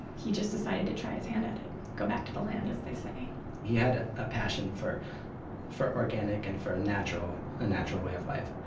he just decided to try his hand at it and go back to the land as they say he had a passion for for organic and for a natural a natural way of life.